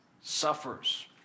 suffers